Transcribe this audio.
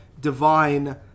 divine